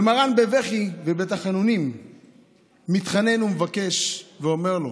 ומרן בבכי ובתחנונים מתחנן ומבקש, ואומר לו: